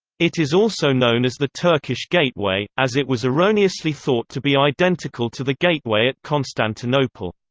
it is also known as the turkish gateway, as it was erroneously thought to be identical to the gateway at constantinople.